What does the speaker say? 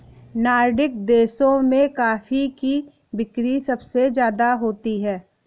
Nordic देशों में coffee की बिक्री सबसे ज्यादा होती है